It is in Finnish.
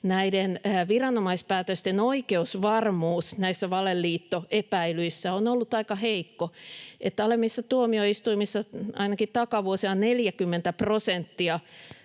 viranomaispäätösten oikeusvarmuus näissä valeliittoepäilyissä on ollut aika heikko: alemmissa tuomioistuimissa ainakin takavuosina 40 prosentilla